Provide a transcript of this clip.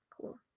Cool